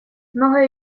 многое